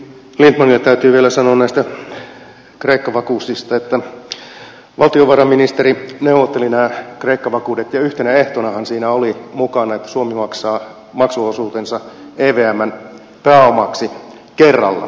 lindtmanille täytyy vielä sanoa näistä kreikka vakuuksista että valtiovarainministeri neuvotteli nämä kreikka vakuudet ja yhtenä ehtonahan siinä oli mukana se että suomi maksaa maksuosuutensa evmn pääomaksi kerralla